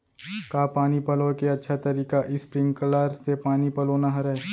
का पानी पलोय के अच्छा तरीका स्प्रिंगकलर से पानी पलोना हरय?